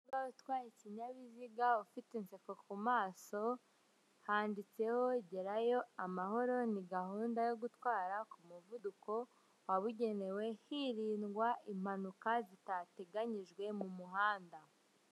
Umukobwa utwaye ikinyabiziga ufite inseko ku maso, handitseho gerayo amahoro ni gahunda yo gutwara ku muvuduko wa bugenewe hirindwa impanuka zitateganyijwe mu muhanda.